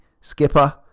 skipper